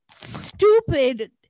stupid